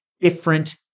different